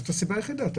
זאת הסיבה היחידה.